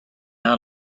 out